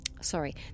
Sorry